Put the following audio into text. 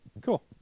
Cool